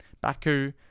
baku